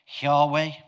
Yahweh